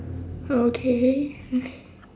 okay